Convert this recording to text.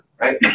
right